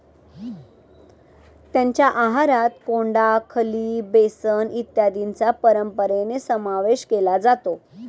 त्यांच्या आहारात कोंडा, खली, बेसन इत्यादींचा परंपरेने समावेश केला जातो